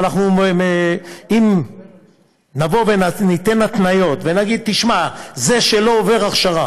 אבל אם ניתן התניות ונגיד: זה שלא עובר הכשרה